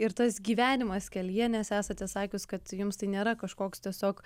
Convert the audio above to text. ir tas gyvenimas kelyje nes esate sakius kad jums tai nėra kažkoks tiesiog